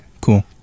cool